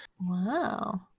Wow